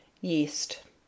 yeast